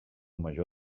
major